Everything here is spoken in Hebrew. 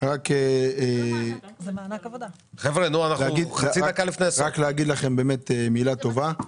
רק להגיד לכם מילה טובה.